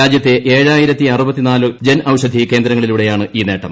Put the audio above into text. രാജ്യത്തെ ഏഴായിരത്തി അറുപത്തി നാല് ജൻ ഔഷധി കേന്ദ്രങ്ങളിലൂടെയാണ് ഈ നേട്ടം